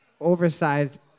Oversized